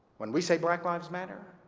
when we say black lives matter,